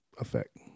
effect